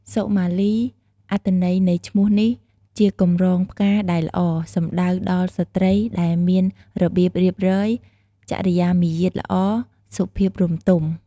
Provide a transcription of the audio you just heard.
សុមាលី អត្ថន័យនៃឈ្មោះនេះជាកម្រងផ្កាដែលល្អ សំដៅដល់ស្រ្តីដែលមានរបៀបរៀបរយ ចរិយាមាយាទល្អ សុភាពរម្យទម។